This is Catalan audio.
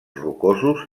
rocosos